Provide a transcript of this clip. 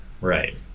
Right